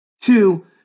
Two